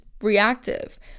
reactive